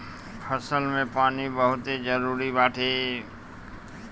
फसल में पानी बहुते जरुरी बाटे